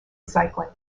cycling